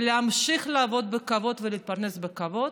להמשיך לעבוד בכבוד ולהתפרנס בכבוד,